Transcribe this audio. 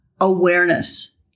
awareness